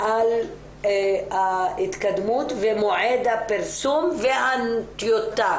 על ההתקדמות ומועד הפרסום והטיוטה